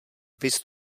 viz